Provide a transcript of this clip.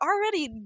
already